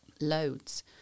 loads